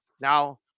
Now